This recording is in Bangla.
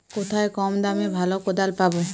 কোথায় কম দামে ভালো কোদাল পাব?